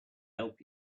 help